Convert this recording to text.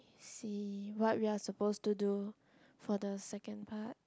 see what we are supposed to do for the second part